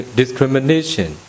discrimination